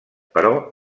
però